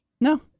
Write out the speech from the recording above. no